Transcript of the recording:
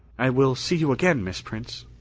i will see you again, miss prince.